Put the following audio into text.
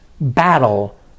battle